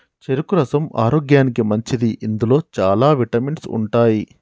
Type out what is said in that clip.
చెరుకు రసం ఆరోగ్యానికి మంచిది ఇందులో చాల విటమిన్స్ ఉంటాయి